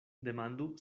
demandu